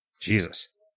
Jesus